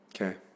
Okay